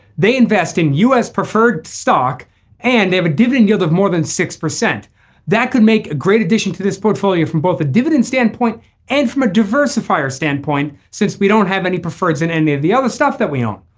they invest in u s. preferred stock and they have a dividend yield of more than six. that could make a great addition to this portfolio from both a dividend standpoint and from a diversifier standpoint. since we don't have any preferreds in any of the other stuff that we own.